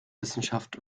wissenschaft